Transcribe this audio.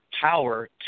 power